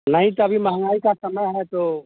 नहीं तो अभी महँगाई का समय है तो